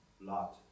Lot